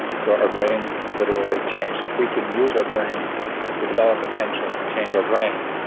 so our brains literally change. if we can use our brain to develop attention to change our brain,